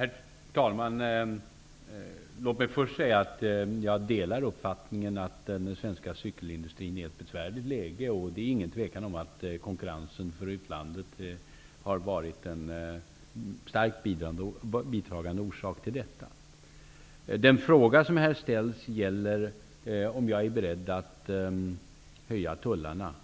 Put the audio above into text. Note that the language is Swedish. Herr talman! Låt mig först säga att jag delar uppfattningen att den svenska cykelindustrin är i ett besvärligt läge. Det råder inget tvivel om att konkurrensen från utlandet har varit en starkt bidragande orsak till detta. Den fråga som ställs här gäller om jag är beredd att höja tullarna